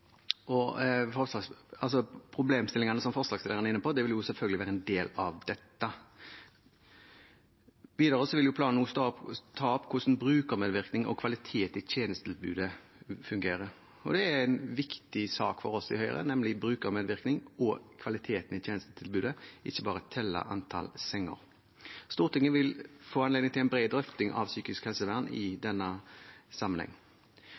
Problemstillingene som forslagsstillerne er inne på, vil selvfølgelig være en del av dette. Videre vil planen også ta opp hvordan brukermedvirkning og kvalitet i tjenestetilbudet fungerer. Det er en viktig sak for oss i Høyre, nemlig brukermedvirkning og kvalitet i tjenestetilbudet, og ikke bare å telle antall senger. Stortinget vil få anledning til en bred drøfting om psykisk helsevern i denne sammenheng.